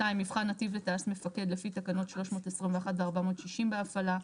(2) מבחן נתיב לטייס מפקד לפי תקנות 321 ו-460 בהפעלה.